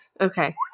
Okay